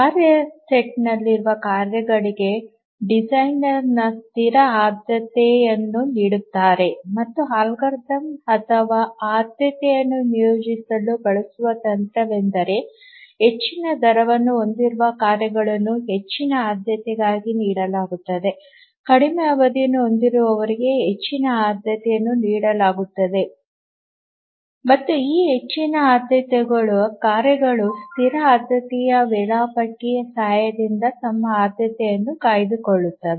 ಕಾರ್ಯ ಸೆಟ್ನಲ್ಲಿರುವ ಕಾರ್ಯಗಳಿಗೆ ಡಿಸೈನರ್ ಸ್ಥಿರ ಆದ್ಯತೆ ಯನ್ನು ನೀಡುತ್ತಾರೆ ಮತ್ತು ಅಲ್ಗಾರಿದಮ್ ಅಥವಾ ಆದ್ಯತೆಯನ್ನು ನಿಯೋಜಿಸಲು ಬಳಸುವ ತಂತ್ರವೆಂದರೆ ಹೆಚ್ಚಿನ ದರವನ್ನು ಹೊಂದಿರುವ ಕಾರ್ಯಗಳನ್ನು ಹೆಚ್ಚಿನ ಆದ್ಯತೆಯಾಗಿ ನೀಡಲಾಗುತ್ತದೆ ಕಡಿಮೆ ಅವಧಿಯನ್ನು ಹೊಂದಿರುವವರಿಗೆ ಹೆಚ್ಚಿನ ಆದ್ಯತೆಯನ್ನು ನೀಡಲಾಗುತ್ತದೆ ಮತ್ತು ಈ ಹೆಚ್ಚಿನ ಆದ್ಯತೆಗಳ ಕಾರ್ಯಗಳು ಸ್ಥಿರ ಆದ್ಯತೆಯ ವೇಳಾಪಟ್ಟಿಯ ಸಹಾಯದಿಂದ ತಮ್ಮ ಆದ್ಯತೆಯನ್ನು ಕಾಯ್ದುಕೊಳ್ಳುತ್ತವೆ